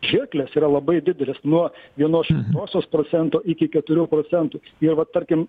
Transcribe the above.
žirklės yra labai didelės nuo vienos šimtosios procento iki keturių procentų ir vat tarkim